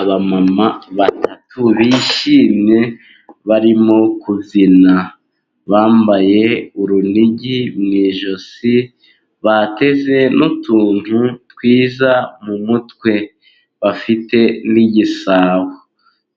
Abamama batatu bishimye barimo kubyina bambaye urunigi mu ijosi, bateze n'utuntu twiza mu mutwe, bafite n'igisabo